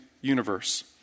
universe